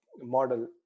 model